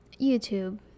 YouTube